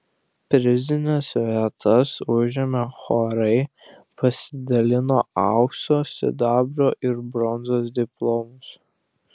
prizines vietas užėmę chorai pasidalino aukso sidabro ir bronzos diplomus